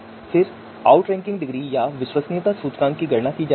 फिर outranking degree या विश्वसनीयता सूचकांक की गणना की जाती है